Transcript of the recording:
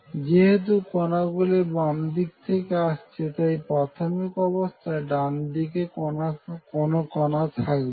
যেহেতু কণাগুলি বামদিক থেকে আসছে তাই প্রাথমিক অবস্থায় ডানদিকে কোন কণা থাকবে না